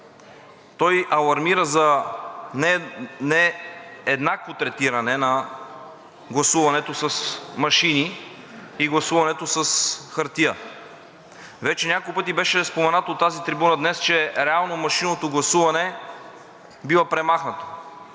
той алармира за нееднакво третиране на гласуването с машини и гласуването с хартия. Вече няколко пъти беше споменато от тази трибуна днес, че реално машинното гласуване бива премахнато